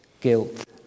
guilt